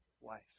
wife